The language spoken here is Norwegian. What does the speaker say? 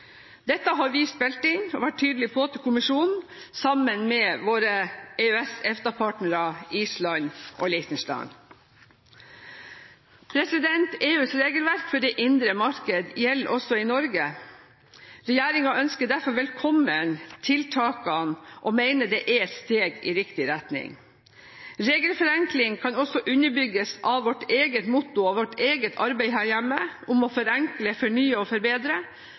Dette har vi spilt inn og vært tydelig på til kommisjonen sammen med våre EØS/EFTA-partnere Island og Liechtenstein. EUs regelverk for det indre marked gjelder også i Norge. Regjeringen ønsker derfor velkommen tiltakene og mener det er et steg i riktig retning. Regelforenkling kan også underbygges av vårt eget motto, og vårt eget arbeid her hjemme, om å forenkle, fornye og forbedre,